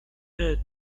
had